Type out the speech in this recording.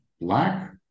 Black